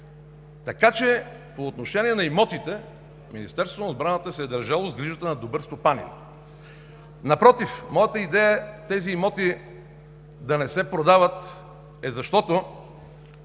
фирми. По отношение на имотите Министерството на отбраната се е държало с грижата на добър стопанин. Напротив, моята идея тези имоти да не се продават е защото